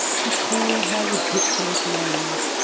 he called her ridiculous names,